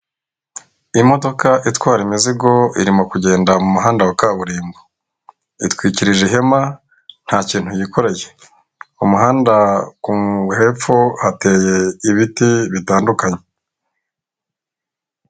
Imodoka itwara imizigo irimo kugenda mu muhanda wa kaburimbo, itwikirije ihema nta kintu yikoreye, ku muhanda hepfo hateye ibiti bitandukanye.